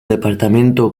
departamento